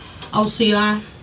OCI